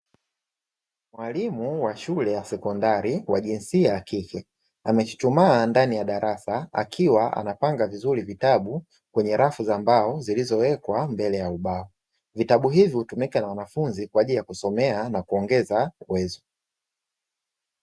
Mwalimu wa shule ya sekondari wa jinsia ya kike amechuchumaa ndani ya darasa, akiwa anapanga vizuri vitabu kwenye rafu za mbao zilizowekwa mbele ya ubao. Vitabu hivi hutumika kwa ajili ya wanafunzi kwa ajili ya kusoma na kuongeza uwezo.